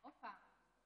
הופה.